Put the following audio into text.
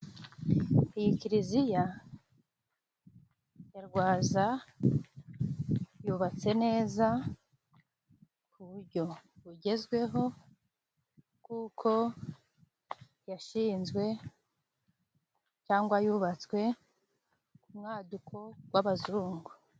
Iyi kiliziya ya Rwaza yubatse neza ku buryo bugezweho Kuko yashinzwe cyangwa yubatswe ku mwaduko w' abazungu.